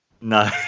no